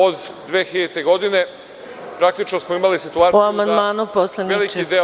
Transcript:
Od 2000. godine, praktično smo imali situaciju da veliki deo…